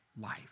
life